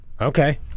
Okay